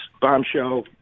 Bombshell